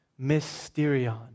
Mysterion